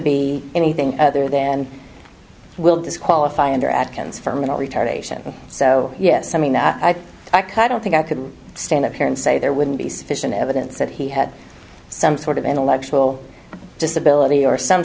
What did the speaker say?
be anything other than will disqualify under atkins fermanagh retardation so yes i cut don't think i could stand up here and say there wouldn't be sufficient evidence that he had some sort of intellectual disability or some